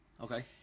okay